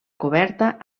coberta